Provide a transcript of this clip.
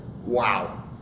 wow